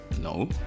No